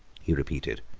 he repeated,